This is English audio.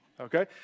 Okay